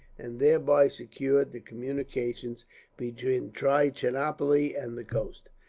and thereby secured the communications between trichinopoli and the coast.